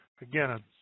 again